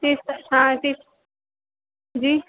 तीस हाँ तीस जी